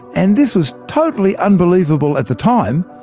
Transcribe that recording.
and this was totally unbelievable at the time,